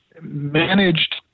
managed